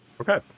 Okay